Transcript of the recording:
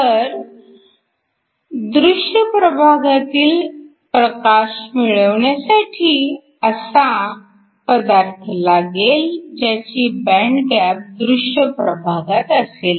तर दृश्य प्रभागातील प्रकाश मिळवण्यासाठी असा पदार्थ लागेल ज्याची बँड गॅप दृश्य प्रभागात असेल